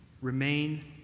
remain